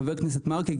חבר הכנסת מרגי,